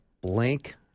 blank